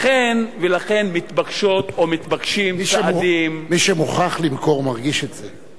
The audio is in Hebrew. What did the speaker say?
לכן מתבקשים צעדים, מי שמוכרח למכור מרגיש את זה.